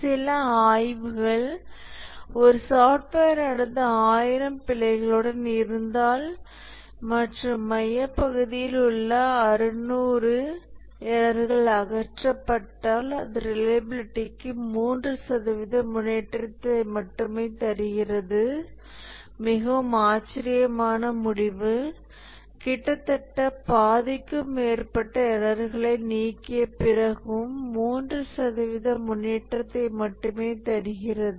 சில ஆய்வுகள் ஒரு சாஃப்ட்வேரானது ஆயிரம் பிழைகளுடன் இருந்தால் மற்றும் மைய பகுதிகளில் உள்ள அறுநூறு எரர்கள் அகற்றப்பட்டால் இது ரிலையபிலிடிக்கு 3 சதவிகித முன்னேற்றத்தை மட்டுமே தருகிறது மிகவும் ஆச்சரியமான முடிவு கிட்டத்தட்ட பாதிக்கும் மேற்பட்ட எரர்களை நீக்கிய பிறகும் 3 சதவிகித முன்னேற்றத்தை மட்டுமே தருகிறது